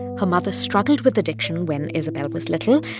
her mother struggled with addiction when isabel was little,